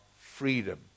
freedom